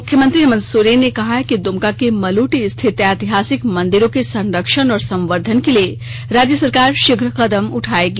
मुख्यमंत्री हेमंत सोरेन ने कहा है कि दुमका के मलूटी स्थित ऐतिहासिक मंदिरों के संरक्षण और संवर्द्वन के लिए राज्य सरकार शीघ्र कदम उठायेगी